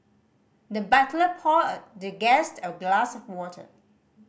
the butler poured the guest a glass of water